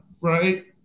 right